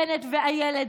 בנט ואילת,